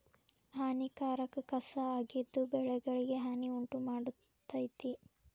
ಹಾನಿಕಾರಕ ಕಸಾ ಆಗಿದ್ದು ಬೆಳೆಗಳಿಗೆ ಹಾನಿ ಉಂಟಮಾಡ್ತತಿ